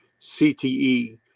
CTE